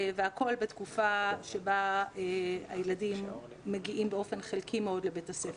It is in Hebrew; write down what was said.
והכל בתקופה שבה הילדים מגיעים באופן חלקי מאוד לבית הספר.